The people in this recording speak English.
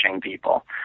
people